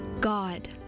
God